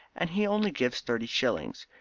and he only gives thirty shillings.